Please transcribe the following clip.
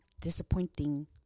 disappointing